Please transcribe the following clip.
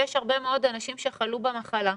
יש הרבה מאוד אנשים שחלו במחלה.